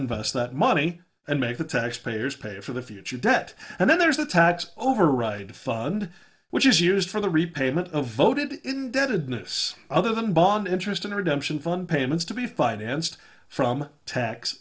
invest that money and make the taxpayers pay for the future debt and then there's a tax override fund which is used for the repayment of voted indebtedness other than bond interest and redemption fund payments to be financed from tax